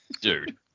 Dude